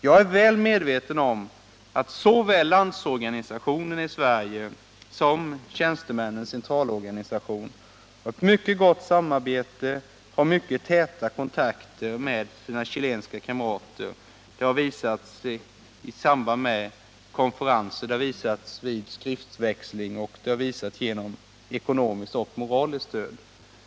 Jag är väl medveten om att såväl Landsorganisationen i Sverige som Tjänstemännens centralorganisation har mycket gott samarbete och mycket täta kontakter med sina chilenska kamrater. Detta har de visat i samband med konferenser, de har visat det vid skriftväxling och de har visat det genom ekonomiskt och moraliskt stöd.